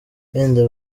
wenda